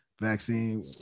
vaccine